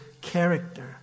character